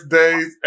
days